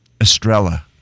Estrella